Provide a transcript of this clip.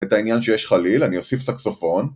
את העניין שיש חליל אני אוסיף סקסופון